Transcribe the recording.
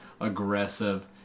aggressive